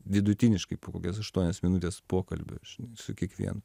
vidutiniškai po kokias aštuonias minutes pokalbio su kiekvienu